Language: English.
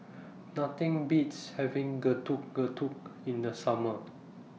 Nothing Beats having Getuk Getuk in The Summer